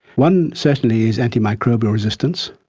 one certainly is antimicrobial resistance.